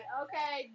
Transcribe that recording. okay